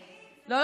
לא,